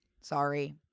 Sorry